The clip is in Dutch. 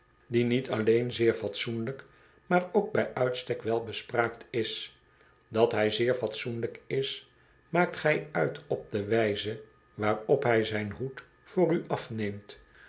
die niet alleen zeer fatsoeniyk maar ook bij uitstek welbespraakt is dat hij zeer fatsoenlijk is maakt gij uit op de wijze waarop hy zijn hoed voor u afneemt